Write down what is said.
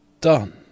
done